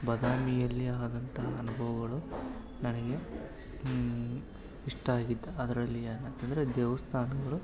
ಬಾದಾಮಿಯಲ್ಲಿ ಆದಂತಹ ಅನುಭವಗಳು ನನಗೆ ಇಷ್ಟ ಆಗಿದ್ದು ಅದರಲ್ಲಿ ಏನಂತಂದರೆ ದೇವ್ಸ್ಥಾನಗಳು